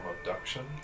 Abduction